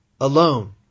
alone